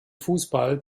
fußball